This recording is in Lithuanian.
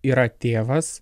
yra tėvas